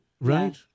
Right